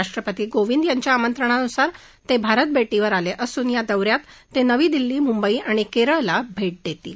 राष्ट्रपती कोविंद यांच्या आमंत्रणानुसार ते भारत भेटीवर आले असून या दौऱ्यात ते नवी दिल्ली मुंबई आणि केरळला भेट देतील